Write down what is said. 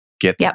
Get